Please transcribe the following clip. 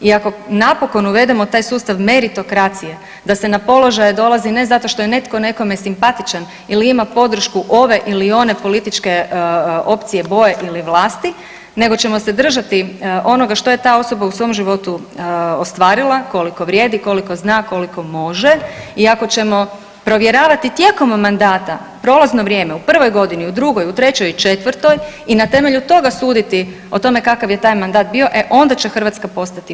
I ako napokon uvedemo taj sustav meritokracije da se na položaje dolazi ne zato što je netko nekome simpatičan ili ima podršku ove ili one političke opcije, boje ili vlasti nego ćemo se držati onoga što je ta osoba u svom životu ostvarila, koliko vrijedi, koliko zna, koliko može i ako ćemo provjeravati tijekom mandata prolazno vrijeme u prvoj godini, u drugoj, u trećoj i četvrtoj i na temelju toga suditi o tome kakav je taj mandat bio, e onda će Hrvatska postati bolja.